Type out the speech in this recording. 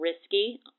risky